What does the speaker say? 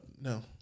no